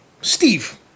Steve